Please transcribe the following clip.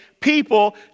people